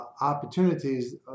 opportunities